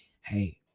hey